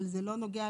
אבל זה לא נוגע,